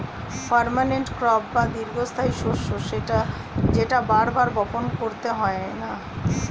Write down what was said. permanent crop বা দীর্ঘস্থায়ী শস্য সেটা যেটা বার বার বপণ করতে হয়না